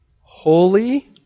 holy